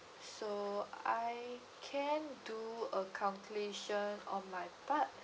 so I can do a calculation on my part